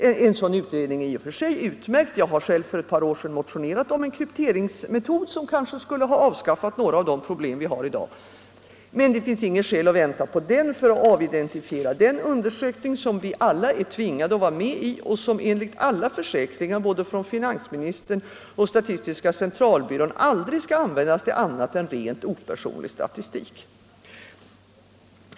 En sådan utredning är i och för sig utmärkt — jag har själv för ett par år sedan motionerat om en krypteringsmetod som kanske skulle ha avskaffat några av de problem som vi har i dag - men det finns inget skäl att vänta på den för att avidentifiera den undersökning som vi alla är tvingade att vara med i och som enligt alla försäkringar både från finansministern och från statistiska centralbyrån aldrig skall användas till annat än rent opersonlig statistik.